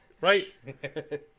Right